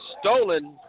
stolen